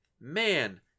man